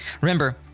Remember